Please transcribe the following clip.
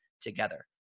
together